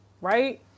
right